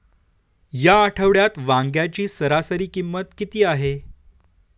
या आठवड्यात वांग्याची सरासरी किंमत किती आहे?